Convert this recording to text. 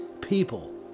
people